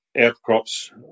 outcrops